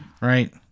right